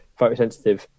photosensitive